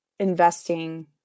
investing